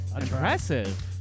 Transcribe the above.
Impressive